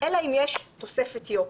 אלא אם יש תוספת יוקר.